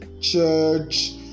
church